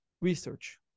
research